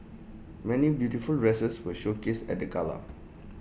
many beautiful dresses were showcased at the gala